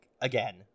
again